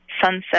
Sunset